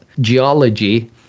geology